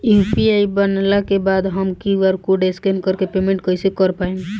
UPI बनला के बाद हम क्यू.आर कोड स्कैन कर के पेमेंट कइसे कर पाएम?